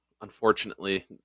unfortunately